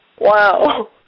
Wow